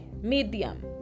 medium